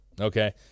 Okay